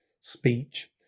speech